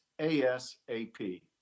ASAP